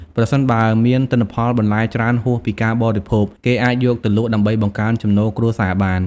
ប្រសិនបើមានទិន្នផលបន្លែច្រើនហួសពីការបរិភោគ គេអាចយកទៅលក់ដើម្បីបង្កើនចំណូលគ្រួសារបាន។